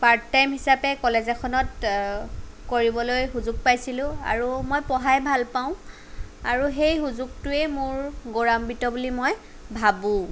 part time হিচাপে college এখনত কৰিবলৈ সুযোগ পাইছিলোঁ আৰু মই পঢ়াই ভাল পাওঁ আৰু সেই সুযোগটোৱেই মোৰ গৌৰৱান্বিত বুলি মই ভাবোঁ